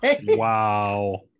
Wow